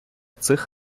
цих